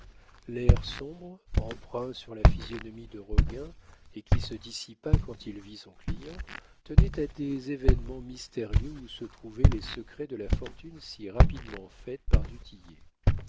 l'air sombre empreint sur la physionomie de roguin et qui se dissipa quand il vit son client tenait à des événements mystérieux où se trouvaient les secrets de la fortune si rapidement faite par